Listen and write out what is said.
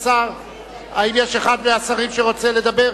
האם יש אחד מהשרים שרוצה לדבר?